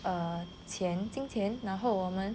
err 钱金钱然后我们